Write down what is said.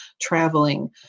traveling